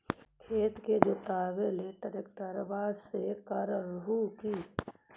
खेत के जोतबा ट्रकटर्बे से कर हू की?